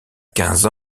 quinze